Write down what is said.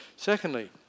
Secondly